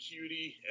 Cutie